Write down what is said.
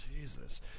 Jesus